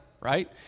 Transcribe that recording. Right